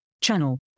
Channel